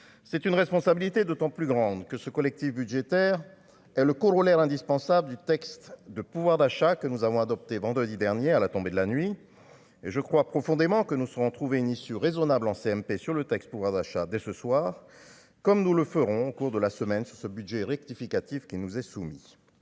c'est une responsabilité d'autant plus grande que. Ce collectif budgétaire est le corollaire indispensable du texte de pouvoir d'achat que nous avons adopté vendredi dernier à la tombée de la nuit et je crois profondément que nous serons trouver une issue raisonnable en CMP sur le texte, pouvoir d'achat dès ce soir, comme nous le ferons au cours de la semaine sur ce budget rectificatif qui nous est soumis,